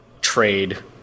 trade